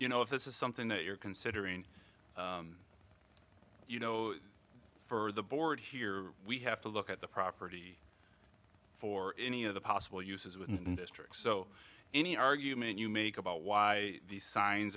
you know if this is something that you're considering for the board here we have to look at the property for any of the possible uses with districts so any argument you make about why the signs